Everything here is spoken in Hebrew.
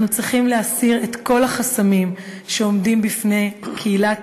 אנחנו צריכים להסיר את כל החסמים שעומדים בפני קהילת